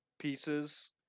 pieces